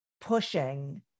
pushing